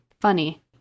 Funny